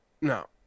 no